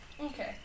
Okay